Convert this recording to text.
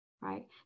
right